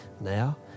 Now